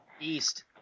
east